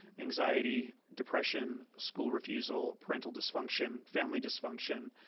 anxiety, depression, school refusal, parental dysfunction, family dysfunction,